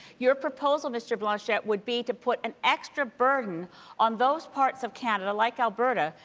your proposal, mr. blanchet, would be to put an extra burden on those parts of canada, like alberta,